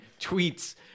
tweets